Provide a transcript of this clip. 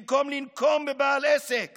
במקום לנקום בבעל עסק